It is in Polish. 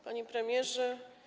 Panie Premierze!